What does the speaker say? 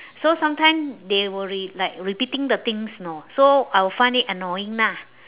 so sometimes they will be like repeating the things know so I will find it annoying lah